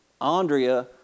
Andrea